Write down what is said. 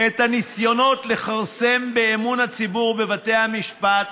את הניסיונות לכרסם באמון הציבור בבתי המשפט